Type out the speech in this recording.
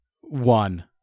one